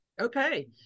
Okay